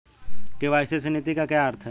KYC नीति का क्या अर्थ है?